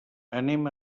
anem